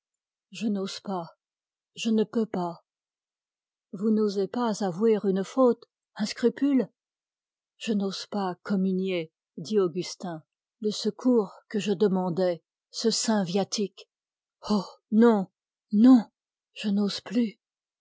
je n'ose pas je ne peux pas vous n'osez pas avouer une faute un scrupule je n'ose pas communier dit augustin le secours que je demandais ce saint viatique oh non non je n'ose plus